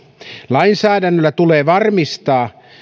lainsäädännöllä tulee varmistaa